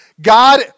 God